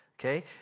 okay